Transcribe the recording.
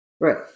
Right